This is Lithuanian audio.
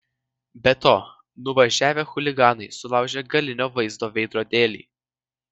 be to nuvažiavę chuliganai sulaužė galinio vaizdo veidrodėlį